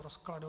Rozkladu.